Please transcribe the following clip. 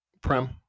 Prem